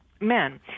men